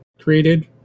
created